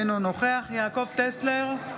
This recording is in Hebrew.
אינו נוכח יעקב טסלר,